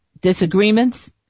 disagreements